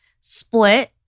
split